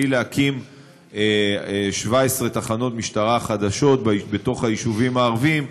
להקים 17 תחנות משטרה חדשות בתוך היישובים הערביים,